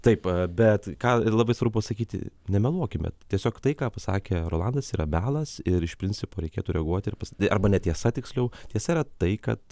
taip bet ką ir labai svarbu sakyti nemeluokime tiesiog tai ką pasakė rolandas yra melas ir iš principo reikėtų reaguoti ir pas arba netiesa tiksliau tiesa yra tai kad